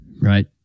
Right